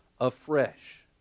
afresh